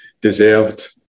deserved